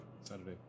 Saturday